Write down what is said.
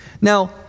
Now